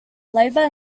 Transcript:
labour